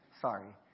Sorry